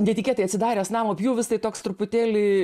netikėtai atsidaręs namo pjūvis tai toks truputėlį